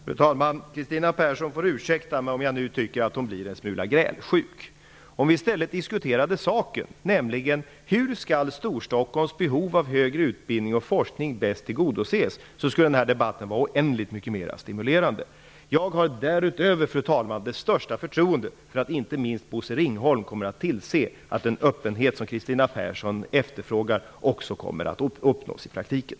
Fru talman! Kristina Persson får ursäkta mig om jag nu tycker att hon är en smula grälsjuk. Om vi i stället diskuterade saken, nämligen hur Storstockholms behov av högre utbildning och forskning bäst skall tillgodoses, skulle denna debatt vara oändligt mer stimulerande. Fru talman! Därutöver har jag det största förtroende för att inte minst Bosse Ringholm kommer att tillse att den öppenhet som Kristina Persson efterfrågar också kommer att uppnås i praktiken.